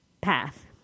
path